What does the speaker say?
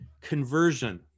conversion